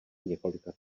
několika